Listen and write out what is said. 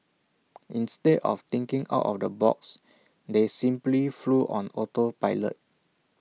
instead of thinking out of the box they simply flew on auto pilot